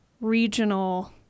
regional